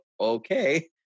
okay